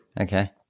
Okay